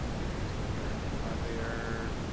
thank you mr. reitinger are there